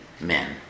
men